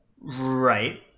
Right